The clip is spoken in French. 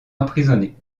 emprisonnés